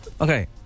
Okay